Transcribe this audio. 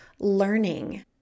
learning